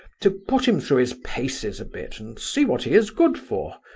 to put him through his paces a bit, and see what he is good for.